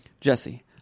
Jesse